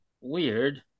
Weird